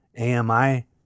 AMI